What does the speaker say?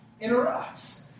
interrupts